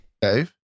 Dave